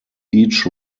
each